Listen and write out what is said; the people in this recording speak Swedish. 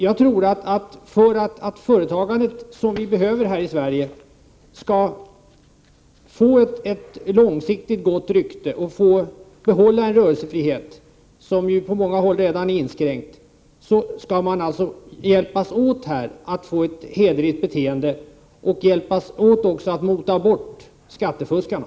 Jag tror att för att företagandet, som vi behöver här i Sverige, skall få ett långsiktigt gott rykte och få behålla rörelsefriheten, som på många håll redan är inskränkt, skall man hjälpas åt att få ett hederligt beteende och mota bort skattefuskarna.